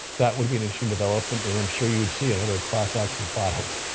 that would be an interesting development, and i'm sure you would see another class action filed.